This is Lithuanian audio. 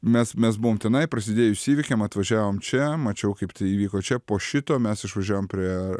mes mes buvom tenai prasidėjus įvykiam atvažiavom čia mačiau kaip tai įvyko čia po šito mes išvažiavom prie